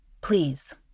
please